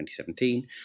2017